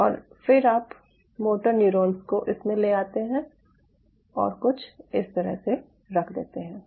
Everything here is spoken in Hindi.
और फिर आप मोटर न्यूरॉन्स को इसमें ले आते और कुछ इस तरह से रख देते हैं